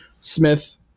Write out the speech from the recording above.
Smith